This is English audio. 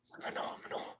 Phenomenal